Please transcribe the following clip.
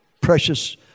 precious